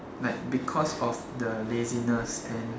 like because of the laziness and